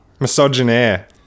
Misogynaire